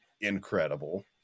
incredible